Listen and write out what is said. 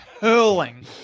hurling